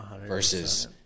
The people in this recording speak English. versus